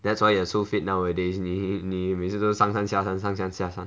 that's why you are so fit nowadays 你你每次上山下山上山下山